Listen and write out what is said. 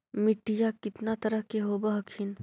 मिट्टीया कितना तरह के होब हखिन?